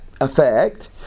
effect